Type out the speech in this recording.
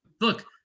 Look